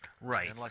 right